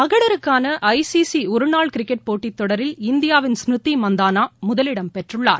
மகளிருக்காள I C C ஒருநாள் cricket போட்டித் தொடரில் இந்தியாவின் ஸ்மிருதி மந்தானா முதலிடம் பெற்றுள்ளார்